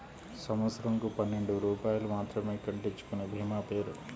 సంవత్సరంకు పన్నెండు రూపాయలు మాత్రమే కట్టించుకొనే భీమా పేరు?